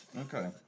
okay